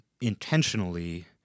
intentionally